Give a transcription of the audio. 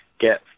Get